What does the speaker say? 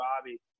Bobby